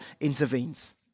intervenes